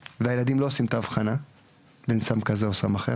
והילדים לא עושים את האבחנה בין סם כזה או סם אחר,